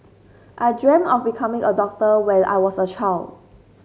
I dream of becoming a doctor when I was a child